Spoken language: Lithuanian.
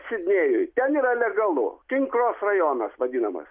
sidnėjuj ten yra legalu tinklos rajonas vadinamas